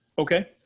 okay.